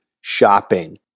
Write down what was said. Shopping